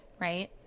Right